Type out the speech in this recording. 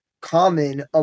common